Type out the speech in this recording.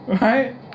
right